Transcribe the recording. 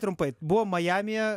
trumpai buvo majamyje